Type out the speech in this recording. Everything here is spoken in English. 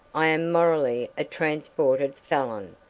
i am morally a transported felon.